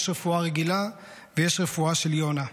יש רפואה רגילה ויש רפואה של יונה.